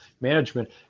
management